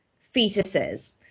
fetuses